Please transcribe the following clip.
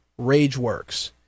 RageWorks